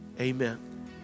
Amen